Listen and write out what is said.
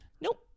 Nope